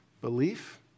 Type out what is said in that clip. Belief